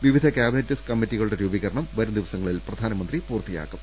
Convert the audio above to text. വിവിധ കാബിനറ്റ് കമ്മിറ്റികളുടെ രൂപീക രണം വരുംദിവസങ്ങളിൽ പ്രധാനമന്ത്രി പൂർത്തിയാക്കും